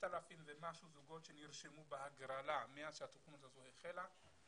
6,000 ומשהו זוגות שנרשמו בהגרלה מאז התוכנית הזו החלה,